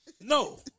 no